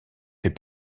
fait